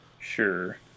Sure